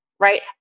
right